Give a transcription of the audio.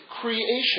creation